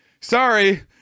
sorry